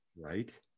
Right